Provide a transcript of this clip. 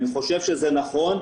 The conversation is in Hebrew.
אני חושב שזה נכון,